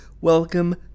Welcome